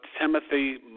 Timothy